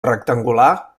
rectangular